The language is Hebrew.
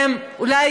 אולי